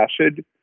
acid